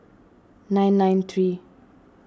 nine nine three